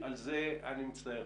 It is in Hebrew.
לא, אני מצטער.